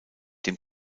dem